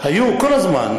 היו, כל הזמן.